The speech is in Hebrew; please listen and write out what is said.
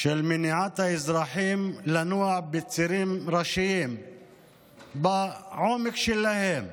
של מניעת האזרחים לנוע בצירים ראשיים בעומק שלהם.